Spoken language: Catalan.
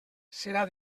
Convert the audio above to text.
serà